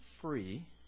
free